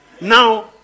Now